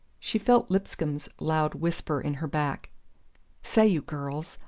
she felt lipscomb's loud whisper in her back say, you girls,